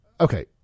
Okay